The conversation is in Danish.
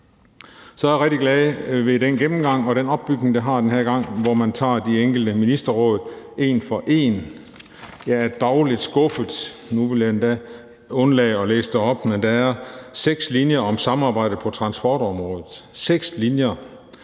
Så er jeg rigtig glad ved den gennemgang og den opbygning, redegørelsen har den her gang, hvor man tager de enkelte ministerråd et for et. Jeg er dog lidt skuffet, og nu vil jeg endda undlade at læse det op, men der er seks linjer om samarbejdet på transportområdet – seks linjer!